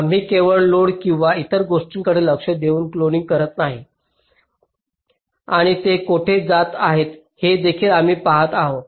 आम्ही केवळ लोड किंवा इतर गोष्टींकडे लक्ष देऊन क्लोनिंग करत नाही आहोत आणि ते कोठे जात आहेत हे देखील आम्ही पहात आहोत